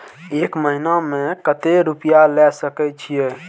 एक महीना में केते रूपया ले सके छिए?